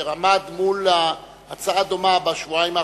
אשר עמד מול הצעה דומה בשבועיים האחרונים,